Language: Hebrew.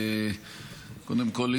קודם כול,